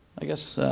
i guess,